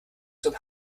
zum